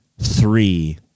three